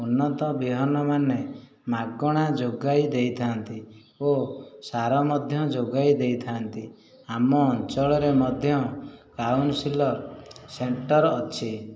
ଉନ୍ନତ ବିହନମାନେ ମାଗଣା ଯୋଗାଇ ଦେଇଥାନ୍ତି ଓ ସାର ମଧ୍ୟ ଯୋଗେଇ ଦେଇଥାନ୍ତି ଆମ ଅଞ୍ଚଳରେ ମଧ୍ୟ କାଉନ୍ସିଲର୍ ସେଣ୍ଟର୍ ଅଛି